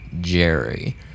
Jerry